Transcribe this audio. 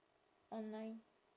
online